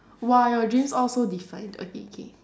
!wah! your dreams all so defined okay K